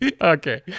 okay